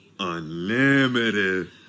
Unlimited